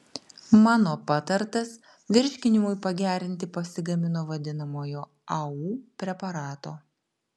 mano patartas virškinimui pagerinti pasigamino vadinamojo au preparato